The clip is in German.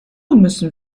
müssen